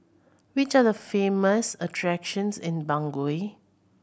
which are the famous attractions in Bangui